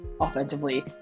offensively